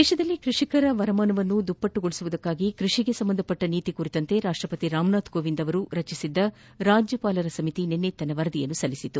ದೇತದಲ್ಲಿ ಕೃಷಿಕರ ವರಮಾನವನ್ನು ದ್ವಿಗುಣಗೊಳಿಸುವುದಕ್ಕಾಗಿ ಕೃಷಿಗೆ ಸಂಬಂಧಿಸಿದ ನೀತಿ ಕುರಿತು ರಾಷ್ಷಪತಿ ರಾಮನಾಥ್ ಕೋವಿಂದ್ ರಚಿಸಿದ್ದ ರಾಜ್ಯಪಾಲರ ಸಮಿತಿ ನಿನ್ನೆ ವರದಿ ಸಲ್ಲಿಸಿದೆ